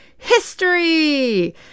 History